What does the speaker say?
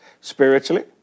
spiritually